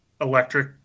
electric